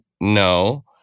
no